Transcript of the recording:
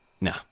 No